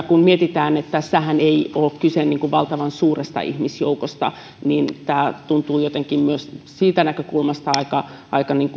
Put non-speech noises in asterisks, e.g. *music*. *unintelligible* kun mietitään että tässähän ei ole kyse valtavan suuresta ihmisjoukosta niin tämä tuntuu jotenkin myös siitä näkökulmasta aika aika